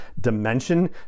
dimension